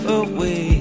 away